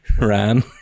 Ran